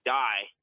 die